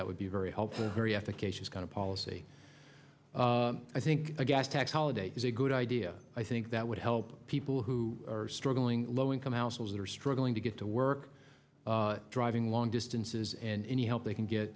that would be very helpful very efficacious kind of policy i think a gas tax holiday is a good idea i think that would help people who are struggling low income households that are struggling to get to work driving long distances and any help they can get